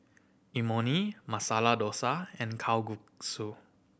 Imoni Masala Dosa and Kalguksu